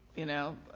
you know,